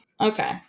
okay